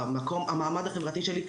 המעמד החברתי שלי,